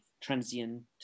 transient